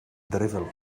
drivel